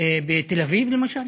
בתל-אביב, למשל?